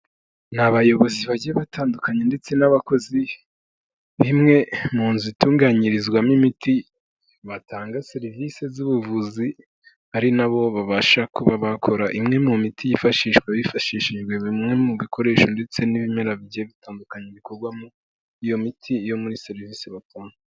Ni abayobozi bagiye batandukanye ndetse n'abakozi b'imwe mu nzu itunganyirizwamo imiti, batanga serivisi z'ubuvuzi, ari na bo babasha kuba bakora imwe mu miti yifashishwa hifashishijwe bimwe mu bikoresho ndetse n'ibimera bitandukanye bikorwamo, iyo miti yo muri serivisi batanga.